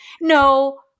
No